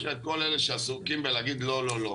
יש לך את כל אלה שעסוקים בלהגיד לא לא לא.